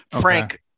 frank